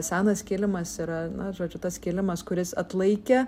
senas kilimas yra na žodžiu tas kilimas kuris atlaikė